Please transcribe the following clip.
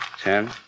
Ten